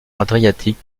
adriatique